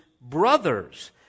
brothers